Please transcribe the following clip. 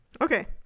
Okay